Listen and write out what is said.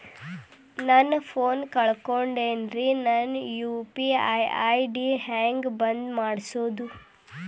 ನನ್ನ ಫೋನ್ ಕಳಕೊಂಡೆನ್ರೇ ನನ್ ಯು.ಪಿ.ಐ ಐ.ಡಿ ಹೆಂಗ್ ಬಂದ್ ಮಾಡ್ಸೋದು?